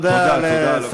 תודה, תודה על הכול.